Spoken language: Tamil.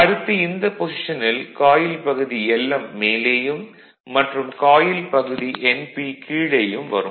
அடுத்து இந்த பொஷிசனில் காயில் பகுதி l m மேலேயும் மற்றும் காயில் பகுதி n p கீழேயும் வரும்